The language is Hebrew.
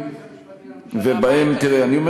ובהם --- מה עמדת היועץ המשפטי לממשלה?